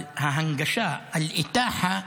אבל ההנגשה (אומר את המילה בערבית)